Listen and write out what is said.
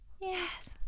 Yes